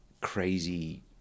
crazy